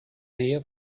nähe